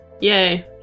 Yay